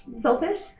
selfish